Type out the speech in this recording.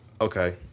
Okay